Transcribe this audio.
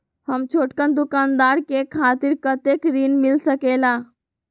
हम छोटकन दुकानदार के खातीर कतेक ऋण मिल सकेला?